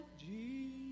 Jesus